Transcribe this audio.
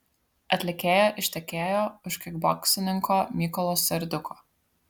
atlikėja ištekėjo už kikboksininko mykolo serdiuko